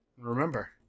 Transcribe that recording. Remember